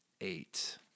eight